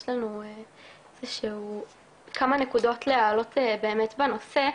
יש לנו כמה נקודות להעלות באמת בנושא.